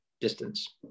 distance